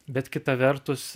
bet kita vertus